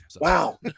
Wow